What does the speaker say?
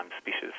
species